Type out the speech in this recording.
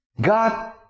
God